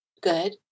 good